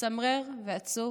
מצמרר ועצוב.